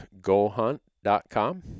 GoHunt.com